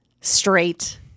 straight